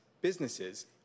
businesses